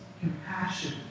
compassion